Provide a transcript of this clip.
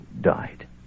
died